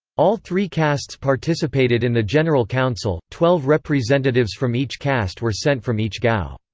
all three castes participated in the general council twelve representatives from each caste were sent from each gau.